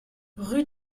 rue